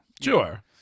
sure